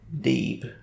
deep